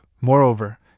moreover